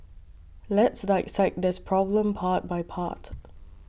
let's dissect this problem part by part